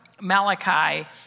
Malachi